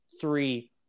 three